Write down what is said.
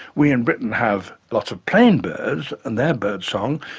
we in britain have lots of plain birds, and their birdsong,